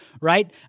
right